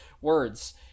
words